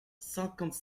cinquante